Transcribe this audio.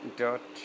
dot